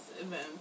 event